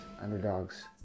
underdogs